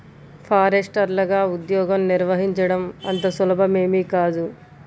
ఫారెస్టర్లగా ఉద్యోగం నిర్వహించడం అంత సులభమేమీ కాదు